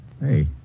Hey